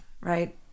right